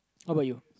what about you